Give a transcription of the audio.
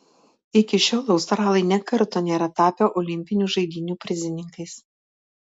iki šiol australai nė karto nėra tapę olimpinių žaidynių prizininkais